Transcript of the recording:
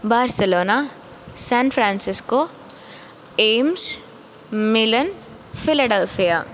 Barcelona San Francisco एम्स् Milan Philadelphia